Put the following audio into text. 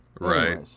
right